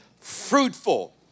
fruitful